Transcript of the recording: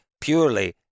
purely